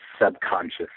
subconscious